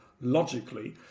logically